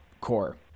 core